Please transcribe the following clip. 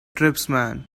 tribesmen